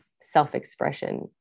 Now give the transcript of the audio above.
self-expression